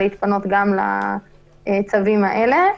להתפנות גם לצווים האלה.